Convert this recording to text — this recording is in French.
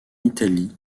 italie